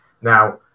Now